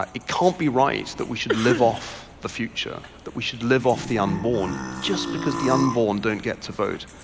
ah it can't be right that we should live off the future, that we should live off the unborn just because the unborn don't get to vote.